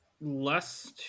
less